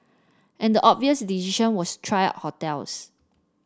and the obvious decision was try hotels